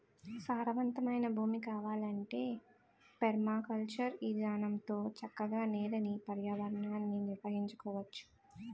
సారవంతమైన భూమి కావాలంటే పెర్మాకల్చర్ ఇదానంలో చక్కగా నేలని, పర్యావరణాన్ని నిర్వహించుకోవచ్చు